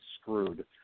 screwed